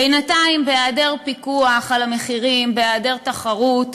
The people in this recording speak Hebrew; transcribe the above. בינתיים, בהיעדר פיקוח על המחירים, בהיעדר תחרות,